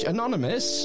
Anonymous